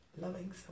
loving